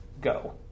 go